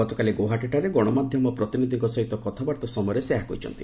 ଗତକାଲି ଗୌହାଟୀଠାରେ ଗଣମାଧ୍ୟମ ପ୍ରତିନିଧିଙ୍କ ସହିତ କଥାବାର୍ତ୍ତା ସମୟରେ ସେ ଏହା କହିଛନ୍ତି